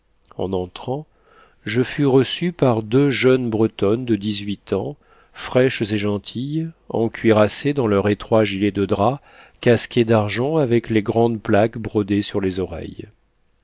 en entrant je fus reçu par deux jeunes bretonnes de dix-huit ans fraîches et gentilles encuirassées dans leur étroit gilet de drap casquées d'argent avec les grandes plaques brodées sur les oreilles